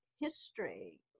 history